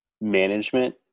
management